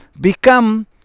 become